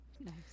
Nice